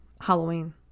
Halloween